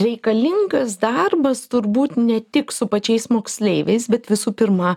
reikalingas darbas turbūt ne tik su pačiais moksleiviais bet visų pirma